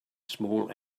small